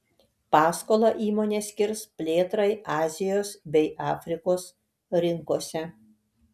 paskolą įmonė skirs plėtrai azijos bei afrikos rinkose